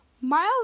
Miles